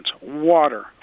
water